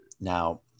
Now